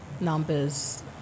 numbers